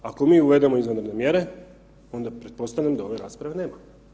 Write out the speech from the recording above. Ako mi uvedemo izvanredne mjere onda pretpostavljam da ove rasprave nema.